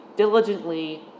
Diligently